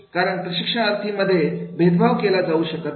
कारण प्रशिक्षणार्थी मध्ये भेदभाव केला जाऊ शकत नाही